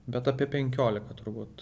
bet apie penkiolika turbūt